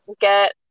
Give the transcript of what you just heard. get